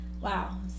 wow